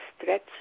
stretch